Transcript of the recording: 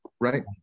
Right